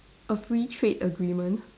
a free trade agreement